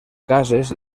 cases